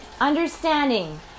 understanding